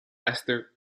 esther